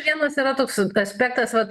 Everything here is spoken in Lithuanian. vienas yra toks aspektas vat